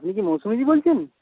আপনি কি মৌসুমিদি বলছেন